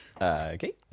Okay